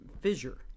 fissure